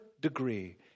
degree